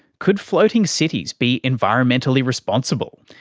could floating cities be environmentally responsible?